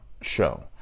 Show